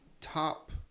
top